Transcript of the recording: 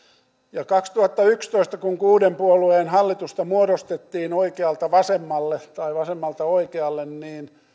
ja kun kaksituhattayksitoista kuuden puolueen hallitusta muodostettiin oikealta vasemmalle tai vasemmalta oikealle niin